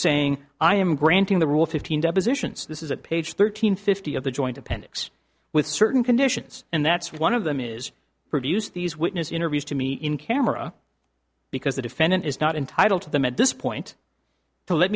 saying i am granting the rule fifteen depositions this is at page thirteen fifty of the joint appendix with certain conditions and that's one of them is produce these witness interviews to me in camera because the defendant is not entitled to them at this point to let